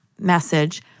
message